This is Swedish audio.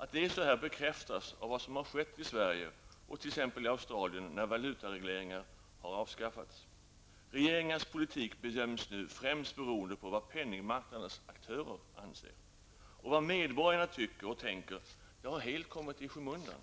Att det är så bekräftas av vad som har skett i Sverige och Regeringars politik bedöms nu främst beroende på vad penningmarknadens aktörer anser. Vad medborgarna tycker och tänker har helt kommit i skymundan.